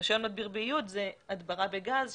ורישיון מדביר באיוד זה הדברה בגז,